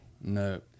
No